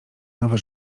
nowe